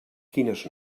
quines